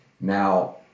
now